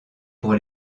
pour